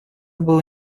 было